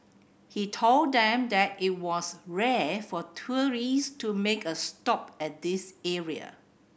he told them that it was rare for tourists to make a stop at this area